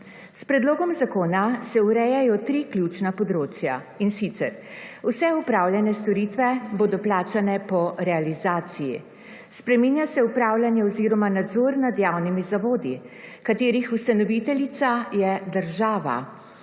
S predlogom zakona se urejajo tri ključna področja, in sicer vse opravljene storitve bodo plačane po realizaciji. Spreminja se upravljanje oziroma nadzor nad javnimi zavodi, katerih ustanoviteljica je država,